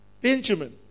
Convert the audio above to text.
Benjamin